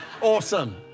awesome